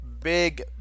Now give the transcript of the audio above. big